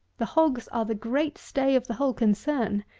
the hogs are the great stay of the whole concern.